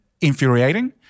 infuriating